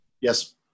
Yes